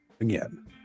again